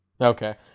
Okay